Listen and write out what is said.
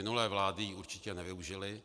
Minulé vlády ji určitě nevyužily.